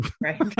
Right